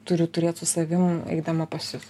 turiu turėt su savim eidama pas jus